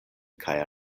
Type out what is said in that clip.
kaj